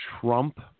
trump